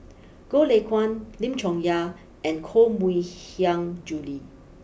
Goh Lay Kuan Lim Chong Yah and Koh Mui Hiang Julie